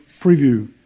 preview